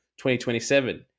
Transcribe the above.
2027